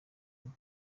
imwe